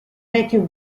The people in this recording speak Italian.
matthew